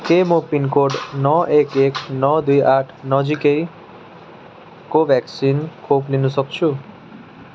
के म पिनकोड नौ एक एक नौ दुई आठ नजिकै कोभ्याक्सिन खोप लिनु सक्छु